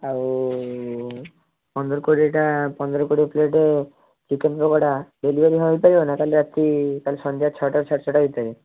ଆଉ ପନ୍ଦର କୋଡ଼ିଏଟା ପନ୍ଦର କୋଡ଼ିଏ ପ୍ଲେଟ୍ ଚିକେନ୍ ପକୋଡ଼ା ବୁଧବାର ଦିନ ହେଇପାରିବନା କାଲି ରାତି କାଲି ସନ୍ଧ୍ୟା ଛଅଟା ସାଢ଼େଛଅଟା ଭିତରେ